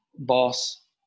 Boss